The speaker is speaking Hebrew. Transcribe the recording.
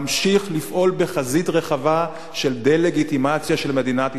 ממשיך לפעול בחזית רחבה של דה-לגיטימציה של מדינת ישראל.